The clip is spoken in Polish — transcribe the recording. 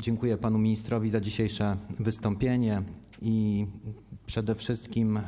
Dziękuję panu ministrowi za dzisiejsze wystąpienie i przede wszystkim,